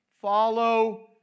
follow